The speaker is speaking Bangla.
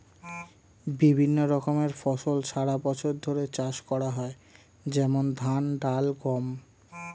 বিভিন্ন রকমের ফসল সারা বছর ধরে চাষ করা হয়, যেমন ধান, ডাল, গম